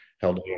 held